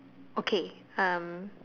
okay um